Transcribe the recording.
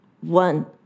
One